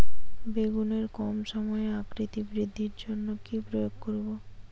বেগুনের কম সময়ে আকৃতি বৃদ্ধির জন্য কি প্রয়োগ করব?